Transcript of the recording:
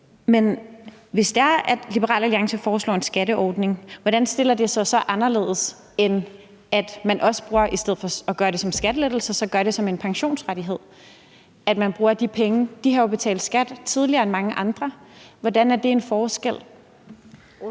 at Liberal Alliance foreslår en skatteordning, hvordan stiller man sig så anderledes, end hvis man i stedet for at bruge de penge til at gøre det til en skattelettelse så gjorde det til en pensionsrettighed? De har jo betalt skat tidligere end mange andre. Hvordan er det en forskel?